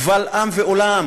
קבל עם ועולם.